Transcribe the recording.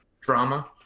drama